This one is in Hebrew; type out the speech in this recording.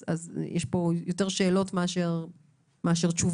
אז יש פה יותר שאלות מאשר תשובות,